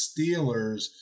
Steelers